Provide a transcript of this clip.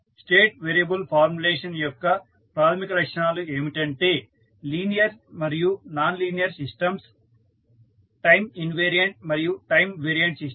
state variable formulation యొక్క ప్రాథమిక లక్షణాలు ఏమిటంటే లీనియర్ మరియు non linear systems time invariant మరియు టైమ్ వేరియంట్ సిస్టం